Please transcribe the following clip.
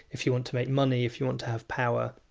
if you want to make money, if you want to have power,